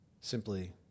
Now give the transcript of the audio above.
simply